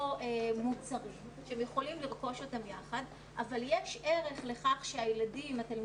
או מוצרים שהם יכולים לרכוש יחד ‏אבל יש ערך לכך שהתלמידים